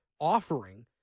offering